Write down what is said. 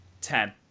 ten